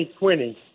2020